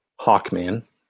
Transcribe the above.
Hawkman